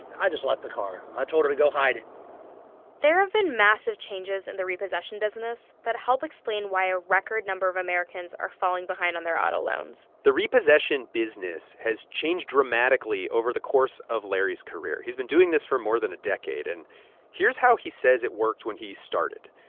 i just left the car. i told her to go hide it there have been massive changes in and the repossession business that help explain why a record number of americans are falling behind on their auto loans the repossession business has changed dramatically over the course of larry's career. he's been doing this for more than a decade. and here's how he says it worked when he started.